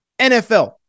NFL